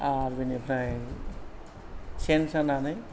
आर बिनिफ्राय सेन सानानै